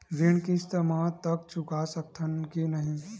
ऋण किस्त मा तक चुका सकत हन कि नहीं?